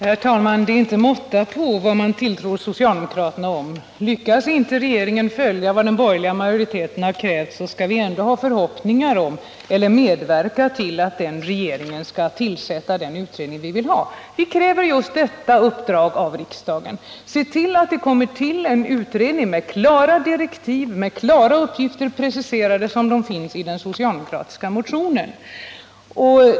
Herr talman! Det är inte måtta på vad man tilltror socialdemokraterna. Lyckas inte regeringen följa vad den borgerliga majoriteten har krävt, skall vi ändå hysa förhoppningar om eller medverka till att regeringen tillsätter den utredning som vi vill ha. I den socialdemokratiska motionen kräver vi att det tillsätts en utredning med klara direktiv och preciserade uppgifter.